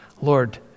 Lord